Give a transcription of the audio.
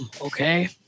okay